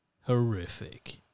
horrific